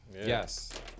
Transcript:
Yes